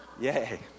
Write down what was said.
Yay